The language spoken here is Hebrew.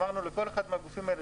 אמרנו לכל אחד מהגופים האלה,